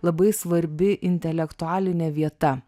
labai svarbi intelektualinė vieta